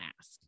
ask